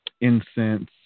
incense